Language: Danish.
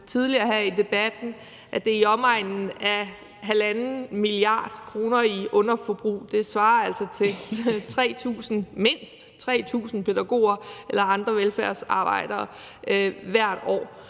tidligere her i debatten, at det er i omegnen af 1,5 mia. kr. i underforbrug, og det svarer altså mindst til 3.000 pædagoger eller andre velfærdsarbejdere hvert år.